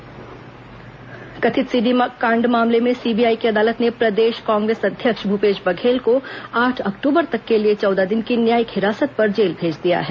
CD कांड भूपेश बघेल हिरासत कथित सीडी कांड मामले में सीबीआई की अदालत ने प्रदेश कांग्रेस अध्यक्ष भूपेश बघेल को आठ अक्टूबर तक के लिए चौदह दिन की न्यायिक हिरासत पर जेल भेज दिया है